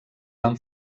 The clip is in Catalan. van